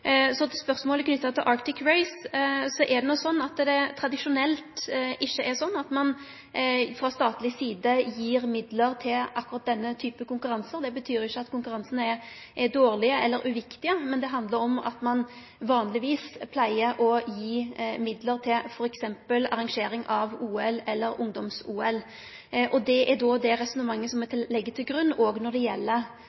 Så til spørsmålet knytt til Arctic Race. Det er tradisjonelt ikkje slik at ein frå statleg side gjev midlar til akkurat denne typen konkurransar. Det betyr ikkje at konkurransane er dårlege eller uviktige, men det handlar om at ein vanlegvis pleier å gje midlar til f.eks. arrangering av OL eller ungdoms-OL. Det er det resonnementet som